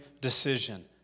decision